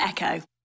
Echo